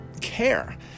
care